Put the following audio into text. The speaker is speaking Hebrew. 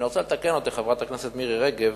ואני רוצה לתקן אותך, חברת הכנסת מירי רגב.